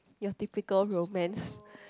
your typical romance